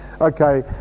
Okay